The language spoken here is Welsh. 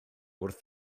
wrth